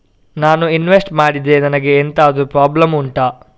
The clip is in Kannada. ನಾನು ಇನ್ವೆಸ್ಟ್ ಮಾಡಿದ್ರೆ ನನಗೆ ಎಂತಾದ್ರು ಪ್ರಾಬ್ಲಮ್ ಉಂಟಾ